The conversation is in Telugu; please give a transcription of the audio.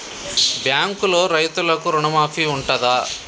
బ్యాంకులో రైతులకు రుణమాఫీ ఉంటదా?